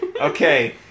Okay